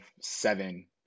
seven